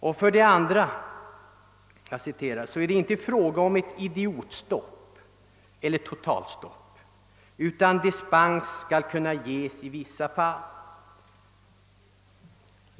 Därefter sade han: »För det andra är det inte fråga om ett idiotstopp eller totalstopp, utan dispens skall kunna ges i vissa fall.